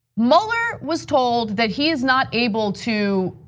mueller was told that he is not able to